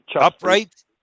Upright